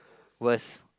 worse